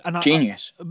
Genius